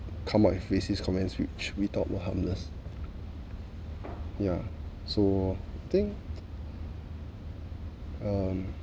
come up with racist comments which we thought were harmless ya so I think um